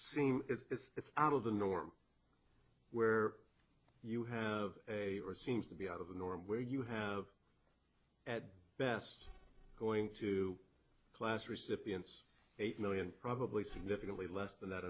seem it's out of the norm where you have a seems to be out of the norm where you have at best going to class recipients eight million probably significantly less than that